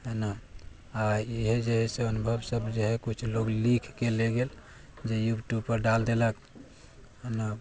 हइ ने आ इएह जे हइ से अनुभवसभ जे हइ कुछ लोग लिखिके लऽ गेल जे यूट्यूबपर डालि देलक हइ ने